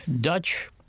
Dutch